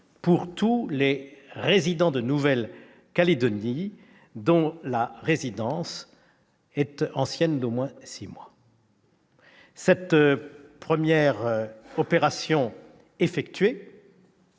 pour tous les résidents de Nouvelle-Calédonie dont la résidence est ancienne d'au moins six mois. Cette première opération effectuée,